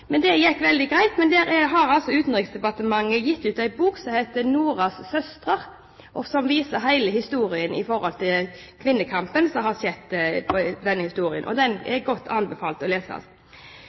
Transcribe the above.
Men det gikk veldig greit. Utenriksdepartementet har gitt ut en bok som heter «Nora's Sisters», som viser hele historien om kvinnekampen som har skjedd. Den anbefales å lese. Det som kom fram, og